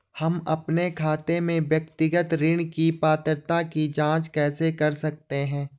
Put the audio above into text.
हम अपने खाते में व्यक्तिगत ऋण की पात्रता की जांच कैसे कर सकते हैं?